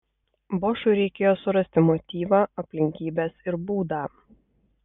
bošui reikėjo surasti motyvą aplinkybes ir būdą